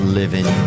living